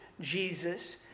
Jesus